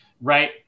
Right